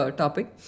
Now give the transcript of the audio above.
topic